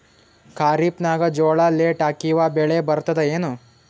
ಖರೀಫ್ ನಾಗ ಜೋಳ ಲೇಟ್ ಹಾಕಿವ ಬೆಳೆ ಬರತದ ಏನು?